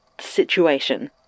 situation